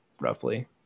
Roughly